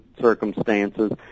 circumstances